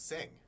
Sing